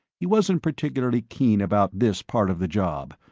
he wasn't particularly keen about this part of the job,